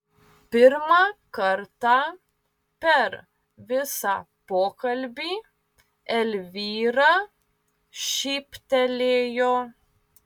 pirmą kartą per visą pokalbį elvyra šyptelėjo